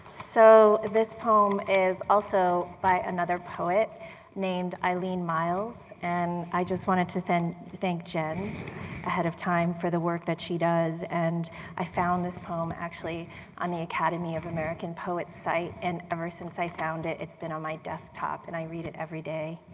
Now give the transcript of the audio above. so this poem is also by another poet named eileen myles, and i just wanted to thank jen ahead of time for the work that she does. and i found this poem actually on the academy of american poets site, and ever since i found it, it's been on my desktop. and i read it every day.